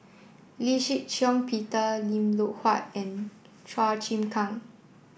Lee Shih Shiong Peter Lim Loh Huat and Chua Chim Kang